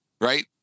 right